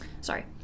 Sorry